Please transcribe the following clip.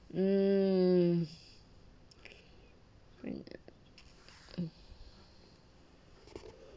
mm mm